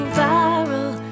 viral